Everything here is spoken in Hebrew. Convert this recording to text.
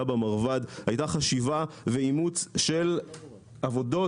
במרב"ד הייתה חשיבה ואימוץ של עבודות,